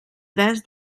tres